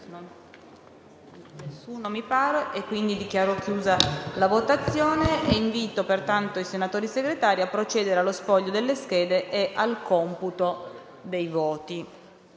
Vono Zaffini, Zuliani. Dichiaro chiusa la votazione e invito i senatori Segretari a procedere allo spoglio delle schede e al computo dei voti.